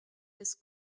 this